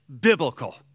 biblical